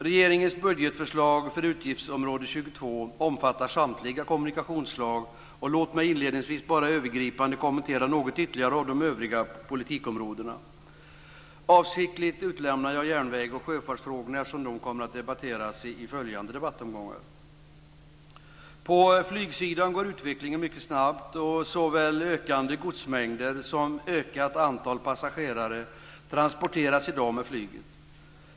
Regeringens budgetförslag för utgiftsområde 22 omfattar samtliga kommunikationsslag. Låt mig inledningsvis bara övergripande kommentera något ytterligare av de övriga politikområdena. Avsiktligt utelämnar jag järnvägs och sjöfartsfrågorna, eftersom de kommer att debatteras i följande debattomgångar. På flygsidan går utvecklingen mycket snabbt, och såväl ökande godsmängder som ökat antal passagerare transporteras i dag med flyget.